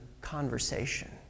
conversation